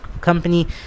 company